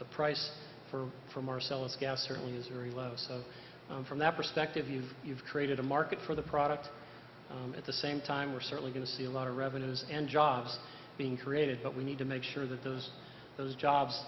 the price for for marcellus gas certainly usery love from that perspective you you've created a market for the product at the same time we're certainly going to see a lot of revenues and jobs being created but we need to make sure that those those jobs